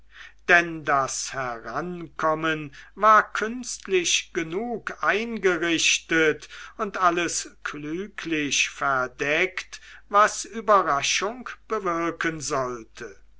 denn das herankommen war künstlich genug eingerichtet und alles klüglich verdeckt was überraschung bewirken sollte